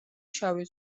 შავი